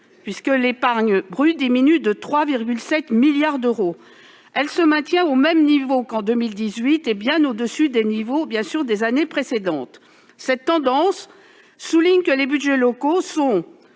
si l'épargne brute diminue de 3,7 milliards d'euros, elle se maintient au même niveau qu'en 2018 et bien au-dessus des niveaux des années précédentes. Cette tendance souligne que les budgets locaux sont